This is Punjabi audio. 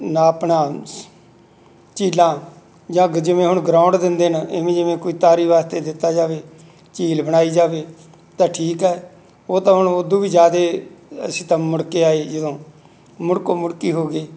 ਨਾ ਆਪਣਾ ਸ ਝੀਲਾਂ ਜਾਂ ਗ ਜਿਵੇਂ ਹੁਣ ਗਰਾਊਂਡ ਦਿੰਦੇ ਨੇ ਇਵੇਂ ਜਿਵੇਂ ਕੋਈ ਤਾਰੀ ਵਾਸਤੇ ਦਿੱਤਾ ਜਾਵੇ ਝੀਲ ਬਣਾਈ ਜਾਵੇ ਤਾਂ ਠੀਕ ਹੈ ਉਹ ਤਾਂ ਹੁਣ ਉਦੋਂ ਵੀ ਜ਼ਿਆਦਾ ਅਸੀਂ ਤਾਂ ਮੁੜ ਕੇ ਆਏ ਜਦੋਂ ਮੁੜਕੋ ਮੁੜਕੀ ਹੋ ਗਏ